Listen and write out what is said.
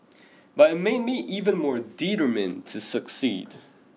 but it made me even more determined to succeed